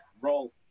roll